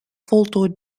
voltooid